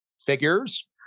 figures